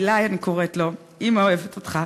עילי, אני קוראת לו, אימא אוהבת אותך.